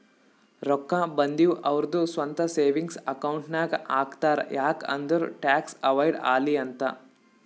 ರೊಕ್ಕಾ ಬಂದಿವ್ ಅವ್ರದು ಸ್ವಂತ ಸೇವಿಂಗ್ಸ್ ಅಕೌಂಟ್ ನಾಗ್ ಹಾಕ್ತಾರ್ ಯಾಕ್ ಅಂದುರ್ ಟ್ಯಾಕ್ಸ್ ಅವೈಡ್ ಆಲಿ ಅಂತ್